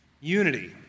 Unity